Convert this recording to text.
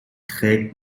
trägt